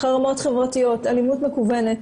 אלימות מכווונת,